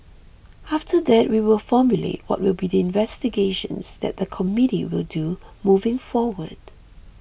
after that we will formulate what will be the investigations that the committee will do moving forward